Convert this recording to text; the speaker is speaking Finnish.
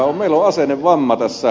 meillä on asennevamma tässä